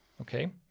Okay